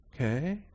Okay